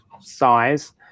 size